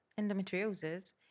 endometriosis